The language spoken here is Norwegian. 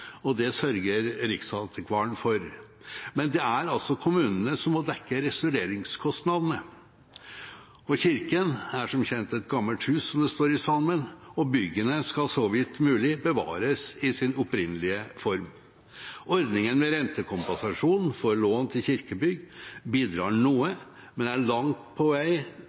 bevares. Det sørger Riksantikvaren for. Men det er altså kommunene som må dekke restaureringskostnadene. Kirken er som kjent «et gammelt hus», som det står i salmen, og byggene skal så vidt mulig bevares i sin opprinnelige form. Ordningen med rentekompensasjon for lån til kirkebygg bidrar noe, men er på langt